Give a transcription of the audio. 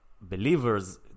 believers